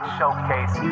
Showcase